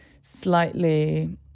slightly